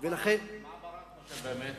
מה ברק חושב באמת?